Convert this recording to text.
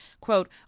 quote